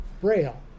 braille